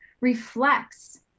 reflects